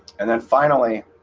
and then finally